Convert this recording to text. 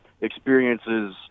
experiences